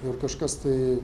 ir kažkas tai